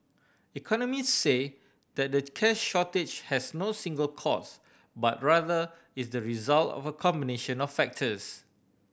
economist say that the cash shortage has no single cause but rather is the result of a combination of factors